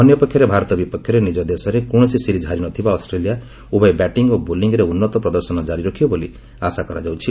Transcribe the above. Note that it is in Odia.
ଅନ୍ୟପକ୍ଷରେ ଭାରତ ବିପକ୍ଷରେ ନିଜ ଦେଶରେ କୌଣସି ସିରିଜ୍ ହାରି ନ ଥିବା ଅଷ୍ଟ୍ରେଲିଆ ଉଭୟ ବ୍ୟାଟିଂ ଓ ବୋଲିଂରେ ଉନ୍ନତ ପ୍ରଦର୍ଶନ ଜାରି ରଖିବ ବୋଲି ଆଶା କରାଯାଉଛି